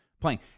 playing